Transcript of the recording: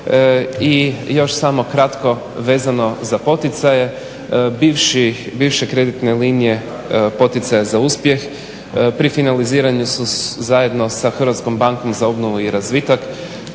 I još samo kratko vezano za poticaje. Bivše kreditne linije poticaja za uspjeh pri finaliziranju su zajedno sa HBOR-om koja je mogu reći